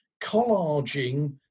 collaging